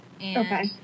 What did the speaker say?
Okay